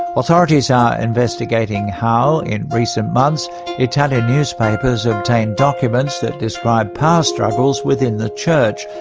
authorities are investigating how in recent months italian newspapers obtained documents that describe power struggles within the church,